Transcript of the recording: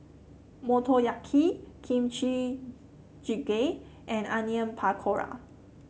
Motoyaki Kimchi Jjigae and Onion Pakora